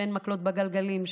שאין מקלות בגלגלים,